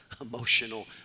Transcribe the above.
emotional